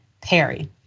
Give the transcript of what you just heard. Perry